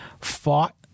fought